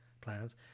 plans